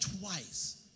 twice